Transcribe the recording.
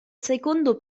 secondo